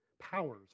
powers